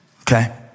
okay